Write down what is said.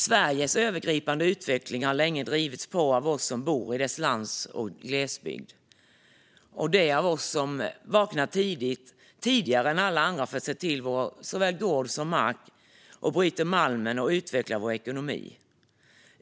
Sveriges övergripande utveckling har länge drivits på av oss som bor i dess lands och glesbygd, som vaknar tidigare än alla andra för att se till såväl gård som mark och som bryter malmen som utvecklar Sveriges ekonomi.